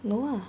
no lah